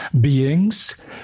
beings